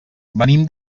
venim